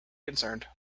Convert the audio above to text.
concerned